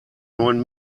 neuen